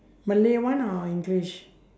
malay one or english